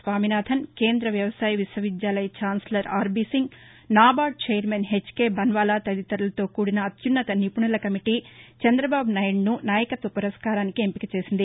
స్వామినాథన్ కేంద్ర వ్యవసాయ విశ్వవిద్యాలయం chancellor R B Singh NABARD chairman H K Banwala తదితరులతో కూడిన అత్యున్నత నిపుణుల కమిటీ చంద్రబాబు నాయుడుసు నాయకత్వ పురస్కారానికి ఎంపిక చేసింది